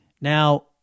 Now